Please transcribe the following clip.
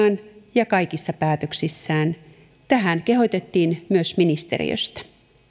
ja kaikissa päätöksissään tähän kehotettiin myös ministeriöstä